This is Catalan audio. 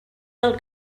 del